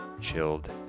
chilled